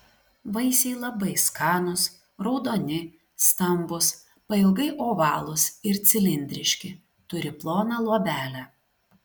vaisiai labai skanūs raudoni stambūs pailgai ovalūs ir cilindriški turi ploną luobelę